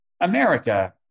America